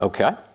Okay